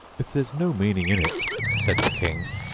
if there's no meaning in it said the king,